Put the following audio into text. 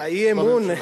האי-אמון,